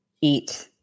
eat